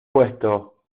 puesto